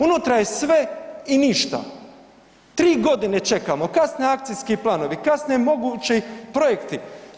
Unutra je sve i ništa, 3 godine čekamo, kasne akcijski planovi, kasne mogući projekti.